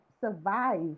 survive